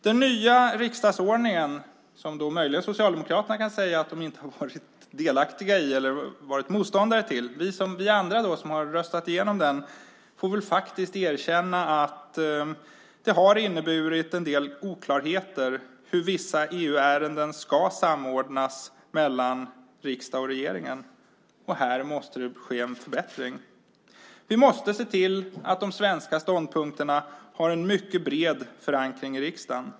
Det är möjligt att Socialdemokraterna kan säga att de inte har varit delaktiga i eller att de varit motståndare till den nya riksdagsordningen, men vi andra som har röstat igenom den får väl faktiskt erkänna att det har inneburit en del oklarheter när det gäller hur vissa EU-ärenden ska samordnas mellan riksdag och regering. Här måste det ske en förbättring. Vi måste se till att de svenska ståndpunkterna har en mycket bred förankring i riksdagen.